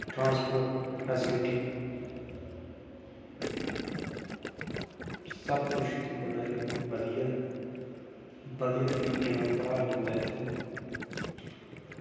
transport facility सब कुछ इत्थै बड़ा बधिया ऐ बधिया तरीके नाल पढ़ाया जंदा इत्थै